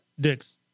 Dick's